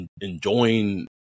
enjoying